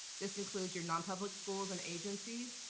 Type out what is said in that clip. this includes your non-public schools and agencies,